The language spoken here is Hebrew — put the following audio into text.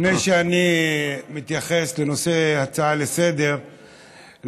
לפני שאני מתייחס לנושא הצעה לסדר-היום,